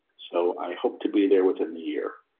so i hope to be there within the year.